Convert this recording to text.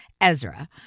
Ezra